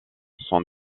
sont